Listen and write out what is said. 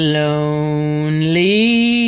lonely